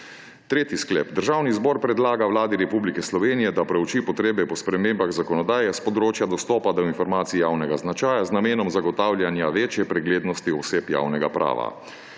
Tretji sklep: Državni zbor predlaga Vladi Republike Slovenije, da prouči potrebe po spremembah zakonodaje s področja dostopa do informacij javnega značaja z namenom zagotavljanja večje preglednosti oseb javnega prava.